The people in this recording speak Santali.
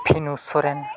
ᱯᱷᱤᱱᱳ ᱥᱚᱨᱮᱱ